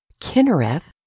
Kinnereth